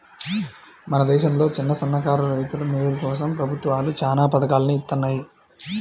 మన దేశంలో చిన్నసన్నకారు రైతుల మేలు కోసం ప్రభుత్వాలు చానా పథకాల్ని ఇత్తన్నాయి